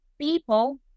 people